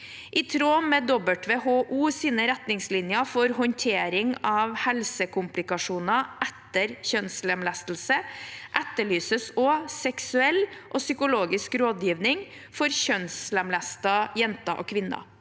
I tråd med WHOs retningslinjer for håndtering av helsekomplikasjoner etter kjønnslemlestelse etterlyses også seksuell og psykologisk rådgivning for kjønnslemlestede jenter og kvinner.